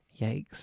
Yikes